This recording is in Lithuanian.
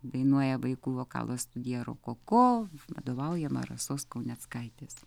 dainuoja vaikų vokalo studija rokoko vadovaujama rasos kauneckaitės